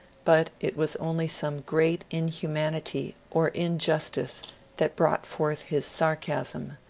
but it was only some great inhumanity or injustice that brought forth his sar casm,